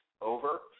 over